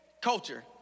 culture